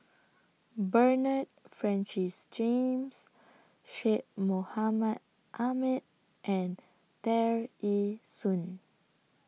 Bernard Francis James Syed Mohamed Ahmed and Tear Ee Soon